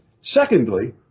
secondly